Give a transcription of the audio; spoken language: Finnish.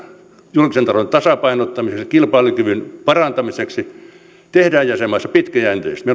julkisen talouden tasapainottamiseksi ja kilpailukyvyn parantamiseksi tehdään jäsenmaissa pitkäjänteisesti